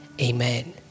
Amen